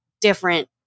different